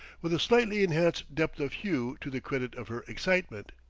with a slightly enhanced depth of hue to the credit of her excitement.